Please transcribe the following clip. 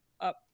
up